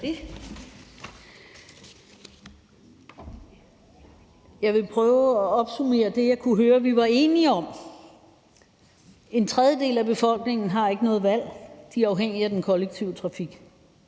Jeg vil prøve at opsummere det, jeg kunne høre vi var enige om. En tredjedel af befolkningen har ikke noget valg. De er afhængige af den kollektive trafik.